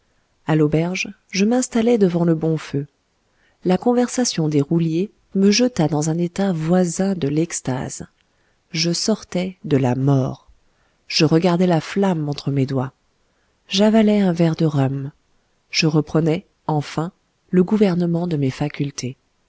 à l'auberge je m'installai devant le bon feu la conversation des rouliers me jeta dans un état voisin de l'extase je sortais de la mort je regardai la flamme entre mes doigts j'avalai un verre de rhum je reprenais enfin le gouvernement de mes facultés